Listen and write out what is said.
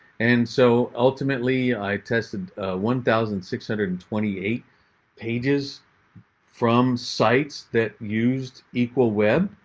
and so ultimately, i tested one thousand six hundred and twenty eight pages from sites that used equal web.